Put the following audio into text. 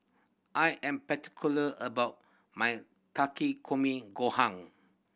I am particular about my Takikomi Gohan